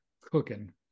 cooking